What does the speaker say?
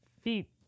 feet